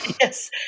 Yes